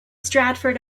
stratford